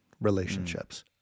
relationships